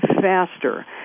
faster